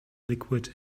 liquid